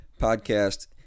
podcast